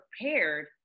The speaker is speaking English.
prepared